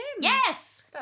Yes